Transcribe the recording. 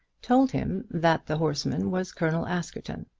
told him that the horseman was colonel askerton.